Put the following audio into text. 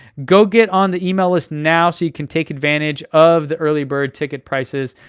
go get on the email list now so you can take advantage of the early bird ticket prices.